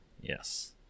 Yes